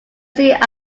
see